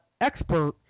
expert